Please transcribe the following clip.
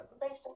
Basic